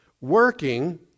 Working